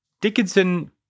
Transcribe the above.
Dickinson